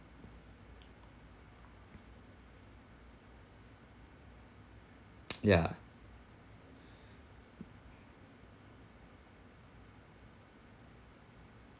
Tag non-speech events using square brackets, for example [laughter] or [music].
[noise] ya